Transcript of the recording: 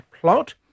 plot